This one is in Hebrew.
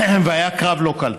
והיה קרב לא קל